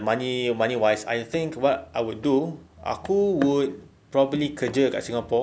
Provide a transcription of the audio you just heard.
the money money wise I think what I would do aku would probably kerja kat singapore